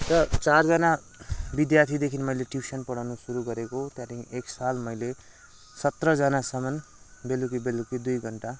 र चारजना विद्यार्थीदेखि मैले ट्युसन पढाउनु सुरु गरेको त्यहाँदेखि एक साल मैले सत्रजनासम्म बेलुकी बेलुकी दुई घन्टा